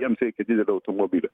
jiems reikia didelio automobilio